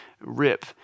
rip